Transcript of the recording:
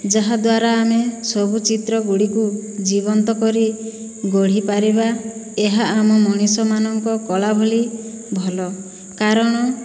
ଯାହାଦ୍ୱାରା ଆମେ ସବୁ ଚିତ୍ର ଗୁଡ଼ିକୁ ଜୀବନ୍ତ କରି ଗଢ଼ିପାରିବା ଏହା ଆମ ମଣିଷମାନଙ୍କ କଳା ଭଳି ଭଲ କାରଣ